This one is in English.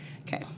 okay